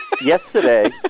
yesterday